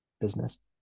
business